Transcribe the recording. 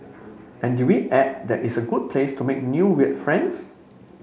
and did we add that it's a good place to make new weird friends